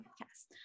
yes